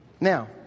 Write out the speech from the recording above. Now